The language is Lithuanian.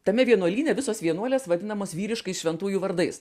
tame vienuolyne visos vienuolės vadinamos vyriškais šventųjų vardais